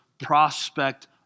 prospect